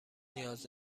نیاز